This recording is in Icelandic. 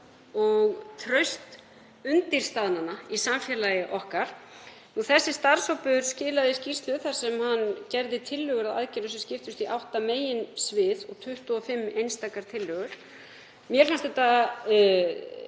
og traust undirstaðnanna í samfélagi okkar. Þessi starfshópur skilaði skýrslu þar sem hann gerði tillögur að aðgerðum sem skiptast í átta meginsvið og 25 einstakar tillögur. Mér fundust þetta